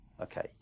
Okay